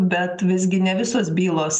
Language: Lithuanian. bet visgi ne visos bylos